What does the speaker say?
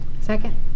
Second